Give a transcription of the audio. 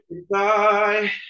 goodbye